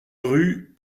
rue